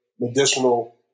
medicinal